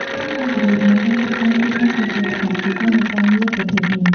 ភាពឯករាជ្យ និងការគ្រប់គ្រងខ្លួនឯង ក៏ជាលក្ខណៈពិសេសនៃការងារប្រភេទនេះ។